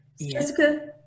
Jessica